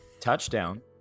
Touchdown